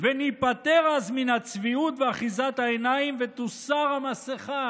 "וניפטר אז מן הצביעות ואחיזת העיניים ותוסר המסכה,